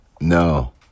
No